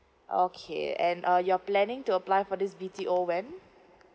okay and uh you're planning to apply for this B T O when